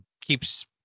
keeps